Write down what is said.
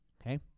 okay